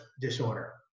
disorder